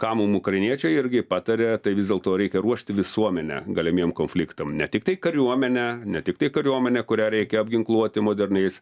ką mum ukrainiečiai irgi patarė tai vis dėlto reikia ruošti visuomenę galimiem konfliktam ne tiktai kariuomenę ne tiktai kariuomenę kurią reikia apginkluoti moderniais